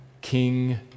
King